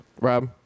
Rob